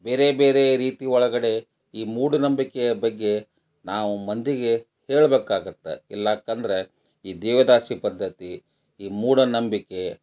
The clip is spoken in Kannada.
ಬೇರೆ ಬೇರೆ ರೀತಿ ಒಳಗಡೆ ಈ ಮೂಢನಂಬಿಕೆಯ ಬಗ್ಗೆ ನಾವು ಮಂದಿಗೆ ಹೇಳ್ಬೇಕಾಗತ್ತೆ ಇಲ್ಲ ಅಂತಂದರೆ ಈ ದೇವದಾಸಿ ಪದ್ಧತಿ ಈ ಮೂಢನಂಬಿಕೆ